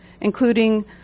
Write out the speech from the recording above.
including